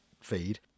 feed